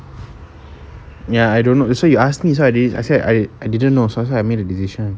ya I don't know you asked me that's why I said I I didn't know so I made a decision